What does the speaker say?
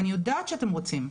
ואני יודעת שאתם רוצים.